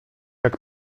jak